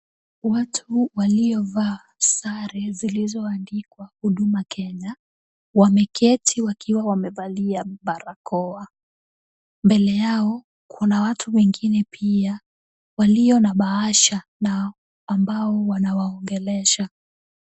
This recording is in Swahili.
Watu waliovaa sare zilizoandikwa huduma Kenya, wameketi wakiwa wamevalia barakoa. Mbele yao kuna watu wengine pia, walio na bahasha na ambao wanawaongelesha.